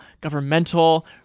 governmental